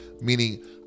meaning